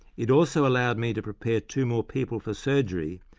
it also allowed me to prepare two more people for surgery,